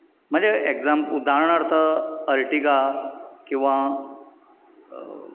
म्हणजे एक्जाम उदाहरणांत अर्टिगा किंवा